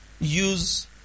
use